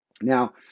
Now